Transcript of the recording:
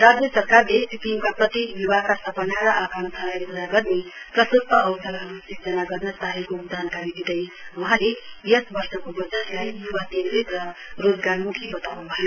राज्य सरकारले सिक्किमका प्रत्येक युवाहरुका सपना र आकांक्षालाई पूरा गर्ने प्रशस्त अवसरहरु सूजना गर्न चाहेको जानकारी दिँदै वहाँले यस वर्षको वजटलाई युवा केन्द्रित र रोजगारमुखी वतुनुभयो